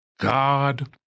God